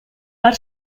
per